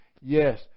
Yes